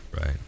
right